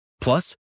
Plus